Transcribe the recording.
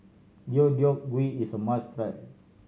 Deodeok Gui is a must try